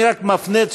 אני רק מפנה את